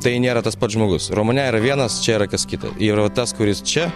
tai nėra tas pats žmogus romane yra vienas čia yra kas kita ir vat tas kuris čia